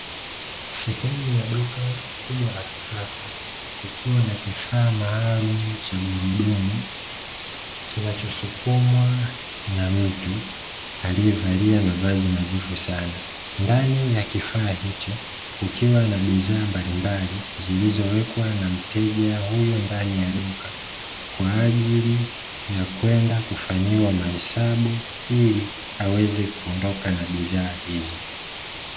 Sehemu ya dukana kisasa kukiwa na kifaa maalum cha burudumu, kinachosukumwa na mtu aliyevaa mavazi nazifu sana. Ndani ya kifaa hicho, kukiwa na bidhaa mbalimbali zilizowekwa na mteja huyu ndani ya duka, kwa ajili ya kuenda kufanyiwa mahesabu ili aweze kuondoka na bidhaa hizo.